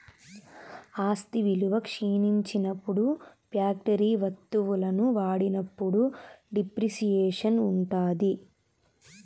ఆస్తి విలువ క్షీణించినప్పుడు ఫ్యాక్టరీ వత్తువులను వాడినప్పుడు డిప్రిసియేషన్ ఉంటాది